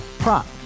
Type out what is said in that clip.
Prop